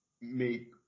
make